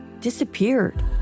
disappeared